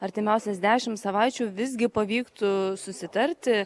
artimiausias dešim savaičių visgi pavyktų susitarti